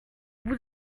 vous